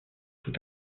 tout